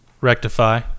Rectify